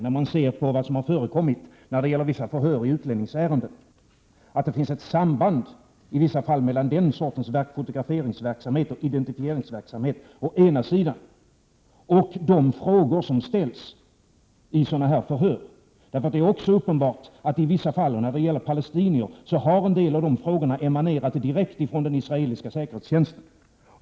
När man vet vad som har förekommit vid vissa förhör i utlänningsärenden, råder det inget tvivel om att det i vissa fall finns ett samband mellan å ena sidan den sortens fotograferingsverksamhet och identifieringsverksamhet och å andra sidan de frågor som ställs vid sådana förhör. Det är nämligen uppenbart att frågorna vid sådana förhör i vissa fall när det gäller palestinier har emanerat direkt från den israeliska säkerhetstjänsten.